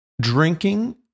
drinking